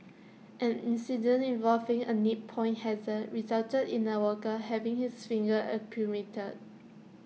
an incident involving A nip point hazard resulted in A worker having his fingers amputated